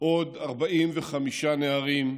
עוד 45 נערים,